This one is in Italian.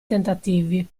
tentativi